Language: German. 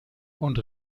und